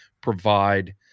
provide